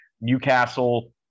Newcastle